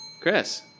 Chris